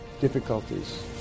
difficulties